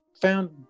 found